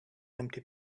empty